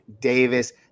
Davis